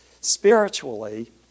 spiritually